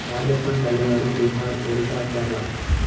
Rajasthan Tamil Nadu Bihar Orissa Kerala